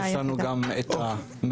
יש לנו גם את הminisites-,